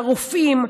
לרופאים,